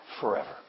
forever